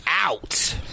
out